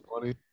funny